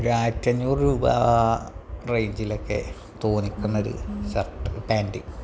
ഒരു ആയിരത്തഞ്ഞൂറ് രൂപാ റേഞ്ചിലൊക്കെ തോന്നിക്കുന്നൊരു ഷർട്ട് പാൻറ്റ്